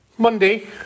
Monday